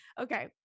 Okay